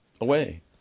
away